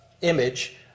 image